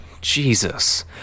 Jesus